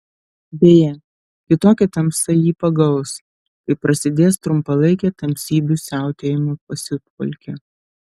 beje kitokia tamsa jį pagaus kai prasidės trumpalaikė tamsybių siautėjimo pasiutpolkė